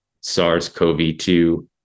SARS-CoV-2